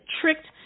tricked